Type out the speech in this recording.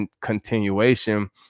continuation